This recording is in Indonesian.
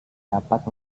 dapat